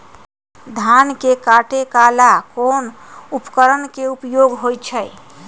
धान के काटे का ला कोंन उपकरण के उपयोग होइ छइ?